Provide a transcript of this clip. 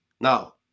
now